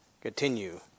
Continue